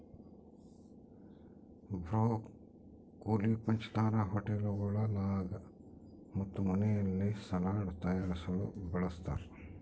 broccoli ಪಂಚತಾರಾ ಹೋಟೆಳ್ಗುಳಾಗ ಮತ್ತು ಮನೆಯಲ್ಲಿ ಸಲಾಡ್ ತಯಾರಿಸಲು ಬಳಸತಾರ